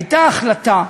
הייתה החלטה,